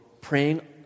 praying